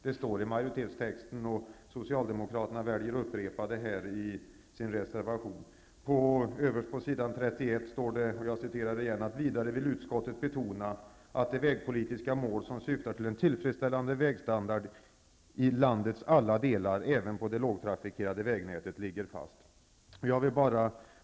Detta står alltså i majoritetstexten, och socialdemokraterna väljer att upprepa det i sin reservation. Överst på s. 31 står: ''Vidare vill utskottet betona att det vägpolitiska mål som syftar till en tillfredsställande vägstandard i landets alla delar, även på det lågtrafikerade vägnätet, ligger fast.'' Herr talman!